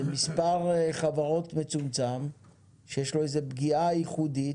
זה מספר חברות מצומצם שיש בו פגיעה ייחודית.